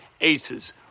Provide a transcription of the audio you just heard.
aces